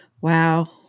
Wow